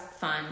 fun